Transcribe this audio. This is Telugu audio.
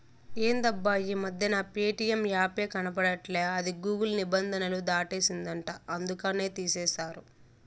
ఎందబ్బా ఈ మధ్యన ప్యేటియం యాపే కనబడట్లా అది గూగుల్ నిబంధనలు దాటేసిందంట అందుకనే తీసేశారు